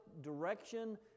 direction